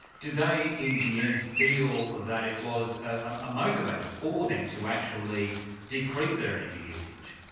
did they, in the end, feel that it was a motivator for them to actually decrease their energy usage?